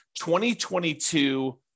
2022